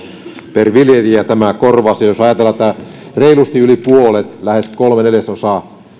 per viljelijä ja jos ajatellaan että reilusti yli puolet lähes kolme neljäsosaa